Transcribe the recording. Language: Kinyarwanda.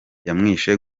yamwishe